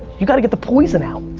you've got to get the poison out.